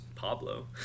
Pablo